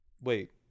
Wait